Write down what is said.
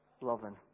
loving